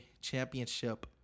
championship